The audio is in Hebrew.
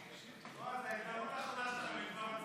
יש כאן אנשים שעבדו קשה מאוד על המערכת